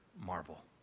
marvel